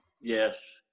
Yes